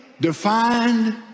defined